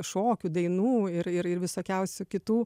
šokių dainų ir ir visokiausių kitų